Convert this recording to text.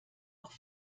auch